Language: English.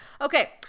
Okay